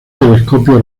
telescopio